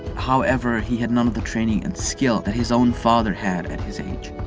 however, he had none of the training and skill that his own father had at his age.